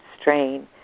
strain